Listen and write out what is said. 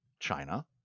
china